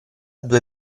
due